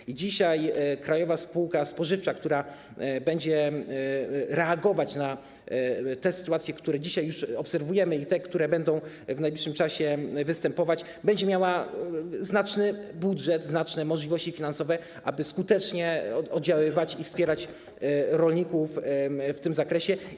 I dzisiaj krajowa spółka spożywcza będzie reagować na takie sytuacje, które dzisiaj już obserwujemy, i takie, które będą w najbliższym czasie występować, będzie miała znaczny budżet, znaczne możliwości finansowe, aby skutecznie oddziaływać i wspierać rolników w tym zakresie.